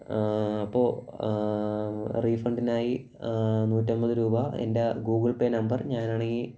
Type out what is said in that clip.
അപ്പോൾ റീഫണ്ടിനായി നൂറ്റൻപത് രൂപ എൻ്റെ ഗൂഗിൾ പേ നമ്പർ ഞാനാണെങ്കിൽ